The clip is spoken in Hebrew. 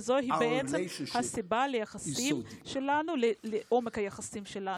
וזוהי הסיבה לעומק היחסים שלנו.)